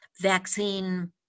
vaccine